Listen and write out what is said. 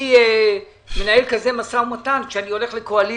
אני מנהל כזה ומשא ומתן כשאני הולך לקואליציה.